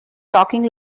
talking